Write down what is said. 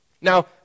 Now